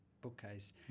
bookcase